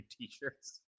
t-shirts